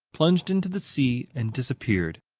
plunged into the sea, and disappeared.